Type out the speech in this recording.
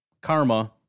karma